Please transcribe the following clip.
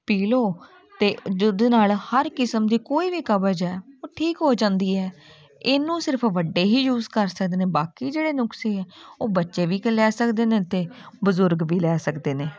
ਪੀ ਲਉ ਅਤੇ ਦੁੱਧ ਨਾਲ ਹਰ ਕਿਸਮ ਦੀ ਕੋਈ ਵੀ ਕਬਜ਼ ਹੈ ਉਹ ਠੀਕ ਹੋ ਜਾਂਦੀ ਹੈ ਇਹਨੂੰ ਸਿਰਫ ਵੱਡੇ ਹੀ ਯੂਜ ਕਰ ਸਕਦੇ ਨੇ ਬਾਕੀ ਜਿਹੜੇ ਨੁਸਖੇ ਹੈ ਉਹ ਬੱਚੇ ਵੀ ਕੇ ਲੈ ਸਕਦੇ ਨੇ ਅਤੇ ਬਜ਼ੁਰਗ ਵੀ ਲੈ ਸਕਦੇ ਨੇ